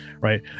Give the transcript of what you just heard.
right